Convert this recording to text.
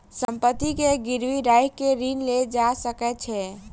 संपत्ति के गिरवी राइख के ऋण लेल जा सकै छै